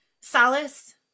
solace